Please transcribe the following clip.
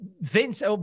Vince